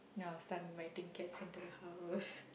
ya start of my things gets into the house